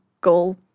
goal